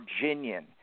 Virginian